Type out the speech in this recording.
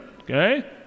okay